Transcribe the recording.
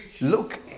Look